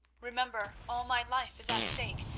remember, all my life is at stake,